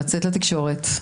לצאת לתקשורת,